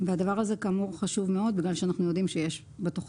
הדבר הזה חשוב מאוד כי אנחנו יודעים שבתוכנית,